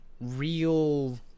real